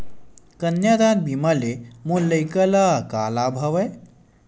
कन्यादान बीमा ले मोर लइका ल का लाभ हवय?